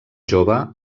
jove